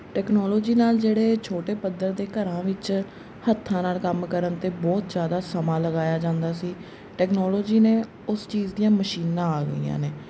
technology ਨਾਲ ਜਿਹੜੇ ਛੋਟੇ ਪੱਧਰ ਦੇ ਘਰਾਂ ਵਿੱਚ ਹੱਥਾਂ ਨਾਲ ਕੰਮ ਕਰਨ 'ਤੇ ਬਹੁਤ ਜ਼ਿਆਦਾ ਸਮਾਂ ਲਗਾਇਆ ਜਾਂਦਾ ਸੀ ਟੈਕਨੋਲੋਜੀ ਨੇ ਉਸ ਚੀਜ਼ ਦੀਆਂ ਮਸ਼ੀਨਾਂ ਆ ਗਈਆਂ ਨੇ